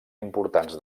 importants